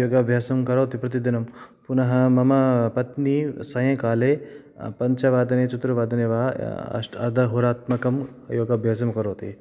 योगाभ्यासं करोति प्रतिदिनं पुनः मम पत्नी सायङ्काले पञ्चवादने चतुर्वादने वा अर्धहोरात्मकं योगाभ्यासं करोति